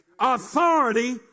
Authority